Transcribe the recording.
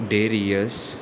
Darius